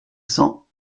cent